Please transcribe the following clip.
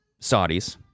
Saudis